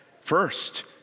First